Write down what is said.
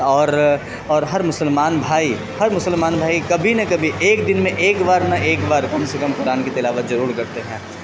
اور اور ہر مسلمان بھائی ہر مسلمان بھائی کبھی نہ کبھی ایک دن میں ایک بار نہ ایک بار کم سے کم قرآن کی تلاوت ضرور کرتے ہیں